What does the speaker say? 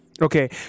Okay